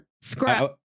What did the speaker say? scrap